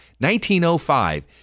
1905